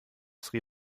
sri